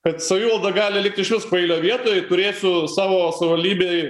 kad savivalda gali likt išvis kvailio vietoj turėsiu savo savivaldybėj